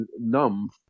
numb